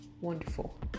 Wonderful